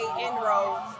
inroads